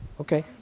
Okay